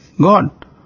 God